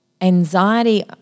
anxiety